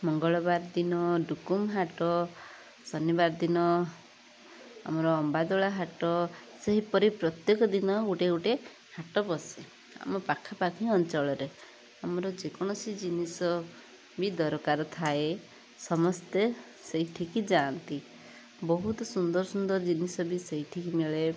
ମଙ୍ଗଳବାର ଦିନ ଡୁକୁମ୍ ହାଟ ଶନିବାର ଦିନ ଆମର ଅମ୍ବାଦୁଳା ହାଟ ସେହିପରି ପ୍ରତ୍ୟକ ଦିନ ଗୋଟେ ଗୋଟେ ହାଟ ବସେ ଆମ ପାଖାପାଖି ଅଞ୍ଚଳରେ ଆମର ଯେକୌଣସି ଜିନିଷ ବି ଦରକାର ଥାଏ ସମସ୍ତେ ସେଇଠିକି ଯାଆନ୍ତି ବହୁତ ସୁନ୍ଦର୍ ସୁନ୍ଦର୍ ଜିନିଷ ବି ସେଇଠି ମିଳେ